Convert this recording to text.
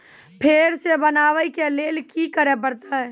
फेर सॅ बनबै के लेल की करे परतै?